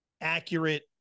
accurate